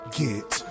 get